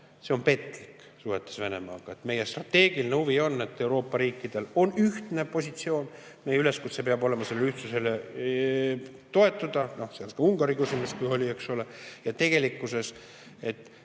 on petlik suhetes Venemaaga. Meie strateegiline huvi on, et Euroopa riikidel on ühtne positsioon. Meie üleskutse peab olema sellele ühtsusele toetuda, seal oli ka Ungari küsimus, eks ole. Tegelikkuses ka